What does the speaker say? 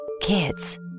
Kids